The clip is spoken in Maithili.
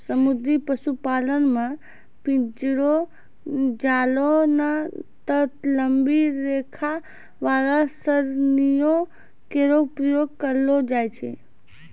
समुद्री पशुपालन म पिंजरो, जालों नै त लंबी रेखा वाला सरणियों केरो प्रयोग करलो जाय छै